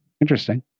interesting